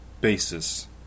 basis